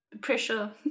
pressure